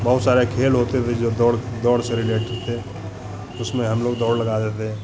बहुत सारे खेल होते थे जो दौड़ दौड़ से रिलेटेड थे उसमें हमलोग दौड़ लगाते थे